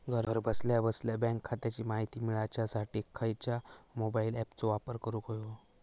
घरा बसल्या बसल्या बँक खात्याची माहिती मिळाच्यासाठी खायच्या मोबाईल ॲपाचो वापर करूक होयो?